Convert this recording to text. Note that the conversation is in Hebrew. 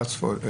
פסולת.